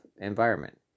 environment